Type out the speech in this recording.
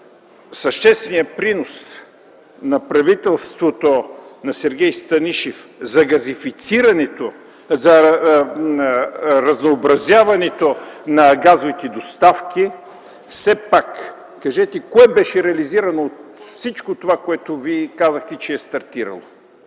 съществения принос на правителството на Сергей Станишев за разнообразяването на газовите доставки, все пак кажете кое беше реализирано от всичко това, което Вие казахте, че е стартирало?